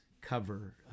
cover